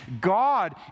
God